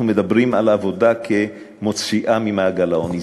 אנחנו מדברים על עבודה כמוציאה ממעגל העוני.